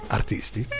artisti